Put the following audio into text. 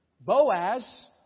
Boaz